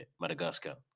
Madagascar